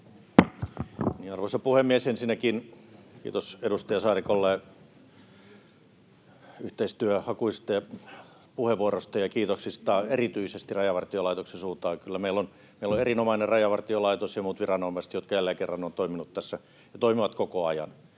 Arvoisa puhemies! Ensinnäkin kiitos edustaja Saarikolle yhteistyöhakuisesta puheenvuorosta ja kiitoksista erityisesti Rajavartiolaitoksen suuntaan. Kyllä meillä on erinomainen Rajavartiolaitos ja muut viranomaiset, jotka jälleen kerran ovat toimineet tässä ja toimivat koko ajan.